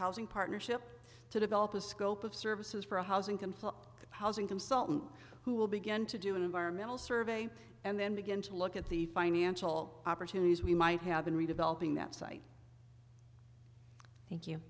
housing partnership to develop a scope of services for housing complex housing consultant who will begin to do an environmental survey and then begin to look at the financial opportunities we might have been redeveloping that site thank you